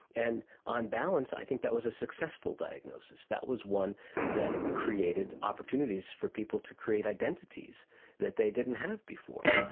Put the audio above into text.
and on balance i think that was a successful diagnosis, that was one that created opportunities for people to create identities that they didn't have before.